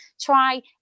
try